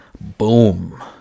Boom